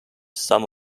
some